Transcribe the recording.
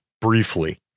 Briefly